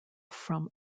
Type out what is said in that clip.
from